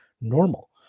normal